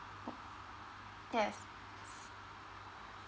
mm yes